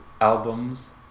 albums